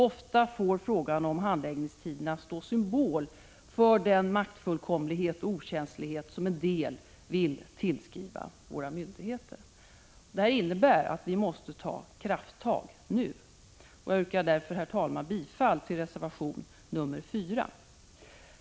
Ofta får frågan om handläggningstiderna stå som symbol för den maktfullkomlighet och okänslighet som en del vill tillskriva våra myndigheter. Detta innebär att vi måste ta krafttag nu. Jag yrkar därför, herr talman, bifall till reservation nr 4.